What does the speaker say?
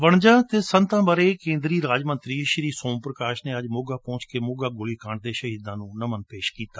ਵਣਜਾਂ ਅਤੇ ਸਨਅਤਾਂ ਬਾਰੇ ਕੇਂਦਰੀ ਰਾਜ ਮੰਤਰੀ ਸ਼੍ਰੀ ਸੋਮ ਪਰਕਾਸ਼ ਨੇ ਅੱਜ ਮੋਗਾ ਪਹੁੰਚ ਕੇ ਮੋਗਾ ਗੋਲੀ ਕਾਂਡ ਦੇ ਸ਼ਹੀਦਾਂ ਨੂੰ ਆਪਣਾ ਨਮਨ ਪੇਸ਼ ਕੀਤਾ